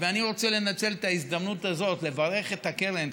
אני רוצה לנצל את ההזדמנות הזאת לברך את הקרן,